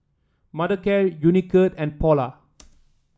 Mothercare Unicurd and Polar